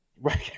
right